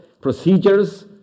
procedures